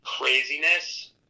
craziness